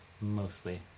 mostly